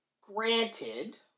Granted